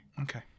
Okay